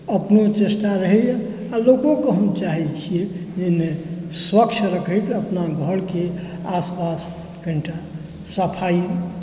अपनो चेस्टा रहैया आ लोकोके हम चाहै छियै जे नहि स्वक्ष रखैत अपना घरके आसपास कनिटा सफाई